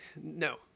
No